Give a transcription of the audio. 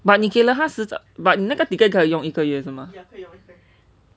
but 你给了他十张 but 你那个 ticket 可用一个月是吗